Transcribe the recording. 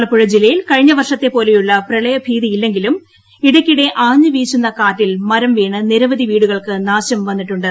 ആലപ്പുഴ ജില്ലയിൽ കഴിഞ്ഞ വർഷത്തെ പോലെയുള്ള പ്രളയ ഭീതിയില്ലെങ്കിലും ഇടയ്ക്കിടെ ആഞ്ഞ് വീശുന്ന കാറ്റിൽ മരം വീണ് നിരവധി വീടുകൾക്ക് നാശം വന്നിട്ടുണ്ട്